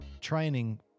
training